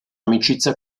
amicizia